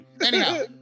Anyhow